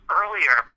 earlier